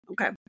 Okay